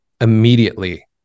immediately